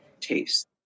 taste